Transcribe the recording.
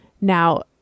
Now